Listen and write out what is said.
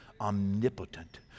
omnipotent